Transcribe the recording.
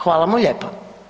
Hvala mu lijepo.